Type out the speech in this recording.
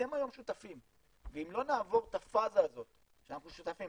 אתם היום שותפים ואם לא נעבור את הפאזה הזאת שאנחנו שותפים,